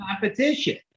competition